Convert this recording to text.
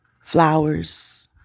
flowers